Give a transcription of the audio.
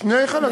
שני חלקים.